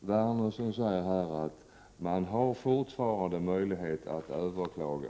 måste jag få ställa en fråga. Yngve Wernersson säger att man fortfarande har möjlighet att överklaga.